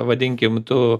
vadinkim tu